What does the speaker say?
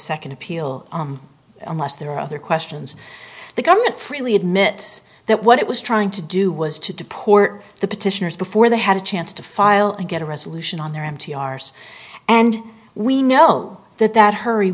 second appeal unless there are other questions the government freely admits that what it was trying to do was to deport the petitioners before they had a chance to file and get a resolution on their empty arse and we know that that hurry